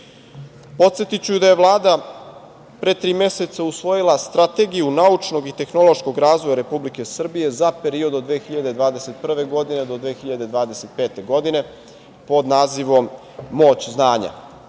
sektor. Podsetiću da je Vlada pre tri meseca usvojila Strategiju naučnog i tehnološkog razvoja Republike Srbije za period od 2021. do 2025. godine pod nazivom „Moć znanja“